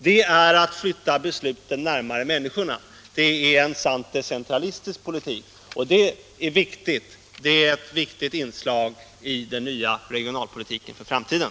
Det är att flytta besluten närmare människorna. Det är en sant decentralistisk politik. Det är ett viktigt inslag i den framtida regionalpolitiken.